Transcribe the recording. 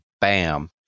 bam